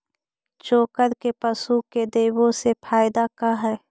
चोकर के पशु के देबौ से फायदा का है?